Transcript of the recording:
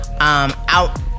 Out